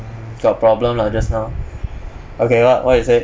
got problem lah just now okay what what you say